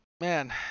Man